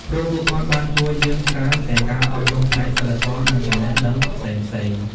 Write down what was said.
ព្រោះពួកគាត់បានជួយយើងច្រើនទាំងការអប់រំផ្នែកសីលធម៌និងចំណេះដឹងផ្សេងៗ។